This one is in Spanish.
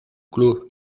club